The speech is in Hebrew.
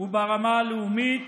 וברמה הלאומית.